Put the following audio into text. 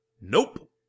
nope